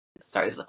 sorry